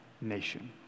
nation